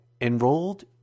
enrolled